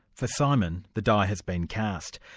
for simon, the die has been cast.